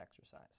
exercise